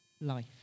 life